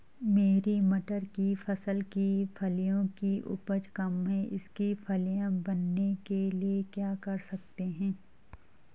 मेरी मटर की फसल की फलियों की उपज कम है इसके फलियां बनने के लिए क्या कर सकते हैं?